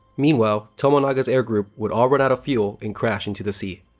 meanwhile, tomonaga's air group would all run out of fuel and crash into the sea.